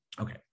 Okay